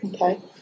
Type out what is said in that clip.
Okay